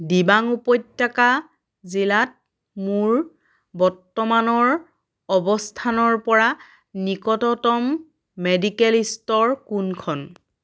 দিবাং উপত্যকা জিলাত মোৰ বৰ্তমানৰ অৱস্থানৰ পৰা নিকটতম মেডিকেল ষ্ট'ৰ কোনখন